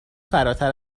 فراتر